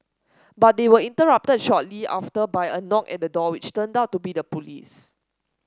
but they were interrupted shortly after by a knock at the door which turned out to be the police